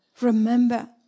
Remember